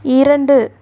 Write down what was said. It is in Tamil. இரண்டு